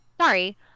sorry